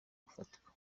gufatwa